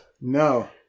No